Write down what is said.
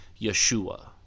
Yeshua